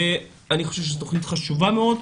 אני חושב שזו תוכנית חשובה מאוד,